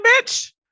bitch